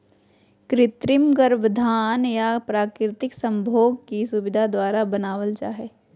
कृत्रिम गर्भाधान या प्राकृतिक संभोग की सुविधा द्वारा बनाबल जा हइ